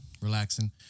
relaxing